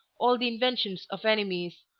all the inventions of enemies,